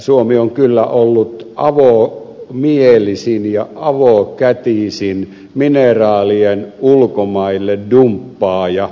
suomi on kyllä ollut avomielisin ja avokätisin mineraalien ulkomaille dumppaaja